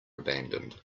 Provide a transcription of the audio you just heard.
abandoned